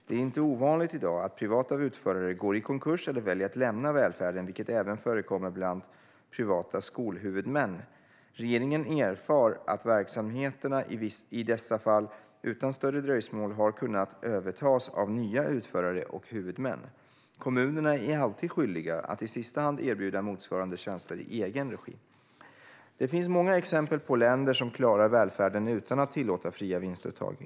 Det är inte ovanligt i dag att privata utförare går i konkurs eller väljer att lämna välfärden, vilket även förekommer bland privata skolhuvudmän. Regeringen erfar att verksamheterna i dessa fall utan större dröjsmål har kunnat övertas av nya utförare och huvudmän. Kommunerna är alltid skyldiga att i sista hand erbjuda motsvarande tjänster i egen regi. Det finns många exempel på länder som klarar välfärden utan att tillåta fria vinstuttag.